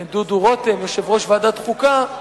דודו רותם, יושב-ראש ועדת החוקה,